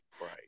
right